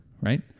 right